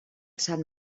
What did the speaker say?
sant